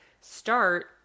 start